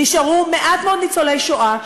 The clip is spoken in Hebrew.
נשארו מעט מאוד ניצולי שואה,